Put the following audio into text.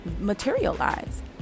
materialize